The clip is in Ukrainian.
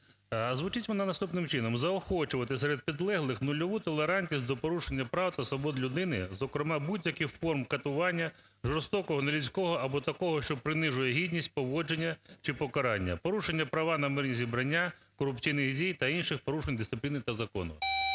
звучить вона наступним чином: "заохочувати серед підлеглих нульову толерантність до порушення прав та свобод людини, зокрема будь-яких форм катування, жорстокого нелюдського або такого, що принижує гідність поводження чи покарання, порушення права на мирні зібрання, корупційних дій та інших порушень дисципліни та закону".